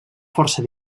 força